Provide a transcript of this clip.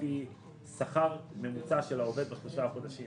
פי שכר ממוצע של העובד בשלושה חודשים.